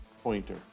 Pointer